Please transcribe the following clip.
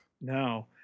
No